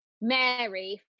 Mary